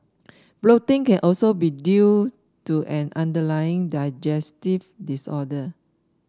bloating can also be due to an underlying digestive disorder